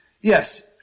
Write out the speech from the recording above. yes